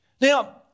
Now